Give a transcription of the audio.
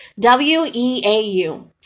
WEAU